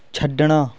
ਛੱਡਣਾ